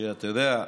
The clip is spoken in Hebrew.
אתה יודע,